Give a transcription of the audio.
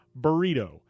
Burrito